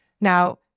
now